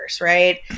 right